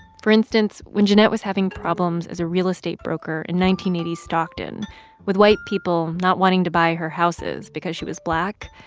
for instance, when jennet was having problems as a real estate broker in nineteen eighty s stockton with white people not wanting to buy her houses because she was black,